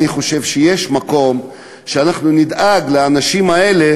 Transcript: אני חושב שיש מקום שאנחנו נדאג לאנשים האלה,